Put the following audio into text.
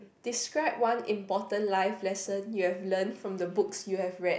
describe one important life lesson you have learned from the books you had read